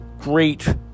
Great